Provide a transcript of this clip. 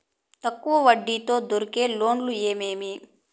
తక్కువ వడ్డీ తో దొరికే లోన్లు ఏమేమీ?